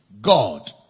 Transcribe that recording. god